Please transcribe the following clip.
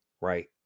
Right